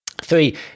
Three